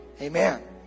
Amen